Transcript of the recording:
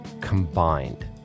combined